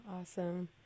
awesome